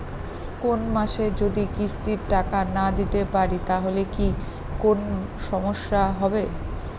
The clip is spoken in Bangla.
কোনমাসে যদি কিস্তির টাকা না দিতে পারি তাহলে কি কোন সমস্যা হবে?